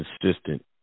consistent